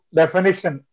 definition